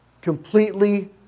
completely